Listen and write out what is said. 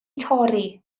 torri